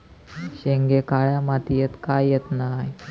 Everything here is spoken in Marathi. शेंगे काळ्या मातीयेत का येत नाय?